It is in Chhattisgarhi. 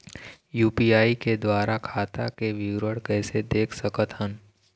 यू.पी.आई के द्वारा खाता के विवरण कैसे देख सकत हन?